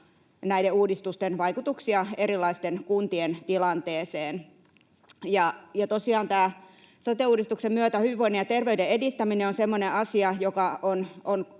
näiden uudistusten vaikutuksia erilaisten kuntien tilanteeseen. Ja tosiaan tämän sote-uudistuksen myötä hyvinvoinnin ja terveyden edistäminen on semmoinen asia, joka on